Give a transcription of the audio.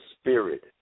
spirit